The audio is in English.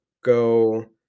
go